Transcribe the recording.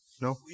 No